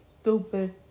Stupid